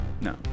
No